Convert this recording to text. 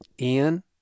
Ian